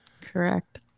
Correct